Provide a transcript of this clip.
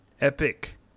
Epic